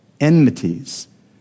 enmities